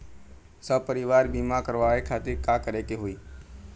सपरिवार बीमा करवावे खातिर का करे के होई?